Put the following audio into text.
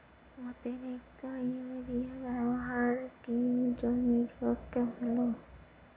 অতিরিক্ত ইউরিয়া ব্যবহার কি জমির পক্ষে ভালো?